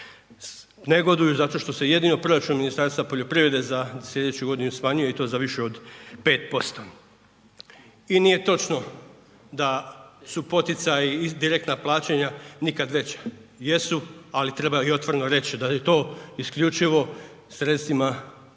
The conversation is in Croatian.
negoduju zato što se jedino proračun Ministarstva poljoprivrede za slijedeću godinu smanjuje i to za više od 5%. I nije točno da su poticaji i direktna plaćanja nikad veća, jesu, ali treba i otvoreno reći da je to isključivo sredstvima koja